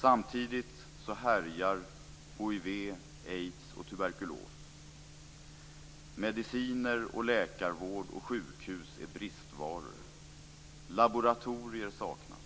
Samtidigt härjar hiv, aids och tuberkulos. Mediciner, läkarvård och sjukhus är bristvaror. Laboratorier saknas.